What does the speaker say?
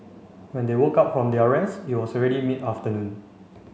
when they woke up from their rest it was already mid afternoon